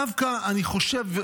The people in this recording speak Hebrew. דווקא אני חושב,